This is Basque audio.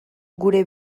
gure